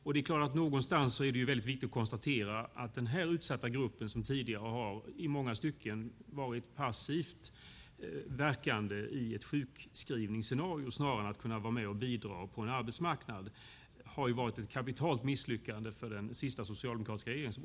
Det är klart att det är väldigt viktigt att konstatera att den här utsatta gruppen som tidigare i många stycken varit passivt verkande i ett sjukskrivningsscenario snarare än att kunna vara med och bidra på en arbetsmarknad har varit ett kapitalt misslyckande för den senaste socialdemokratiska regeringen.